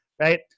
Right